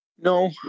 No